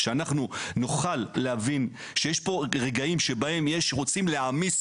כך שנוכל להבין שיש פה רגעים שבהם רוצים להעמיס